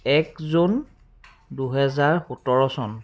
এক জুন দুহেজাৰ সোতৰ চন